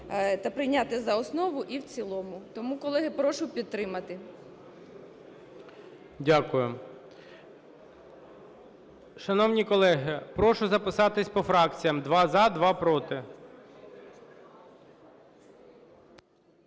та прийняти за основу і в цілому. Тому, колеги, прошу підтримати. ГОЛОВУЮЧИЙ. Дякую. Шановні колеги! Прошу записатись по фракціям: два – за, два – проти.